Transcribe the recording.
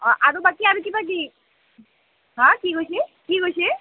অঁ আৰু বাকী আৰু কিবা কি হাঁ কি কৈছি কি কৈছি